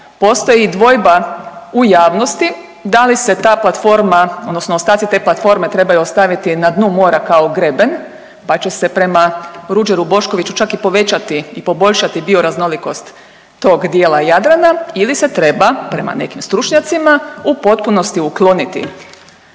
Postoji dvojba u javnosti da li se ta platforma odnosno ostaci te platforme trebaju ostaviti na dnu mora kao greben pa će se prema Ruđeru Boškoviću čak i povećati i poboljšati bioraznolikost tog dijela Jadrana ili se treba prema nekim stručnjacima u potpunosti ukloniti